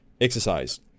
exercise